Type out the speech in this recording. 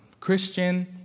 Christian